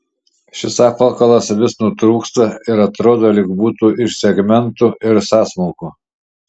šis apvalkalas vis nutrūksta ir atrodo lyg būtų iš segmentų ir sąsmaukų